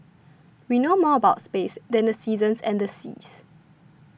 we know more about space than the seasons and the seas